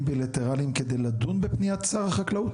בילטרליים כדי לדון בפניית שר החקלאות?